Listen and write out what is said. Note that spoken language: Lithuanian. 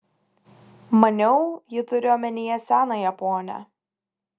maniau ji turi omenyje senąją ponią